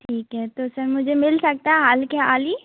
ठीक है तो सर मुझे मिल सकता है हाल के हाल ही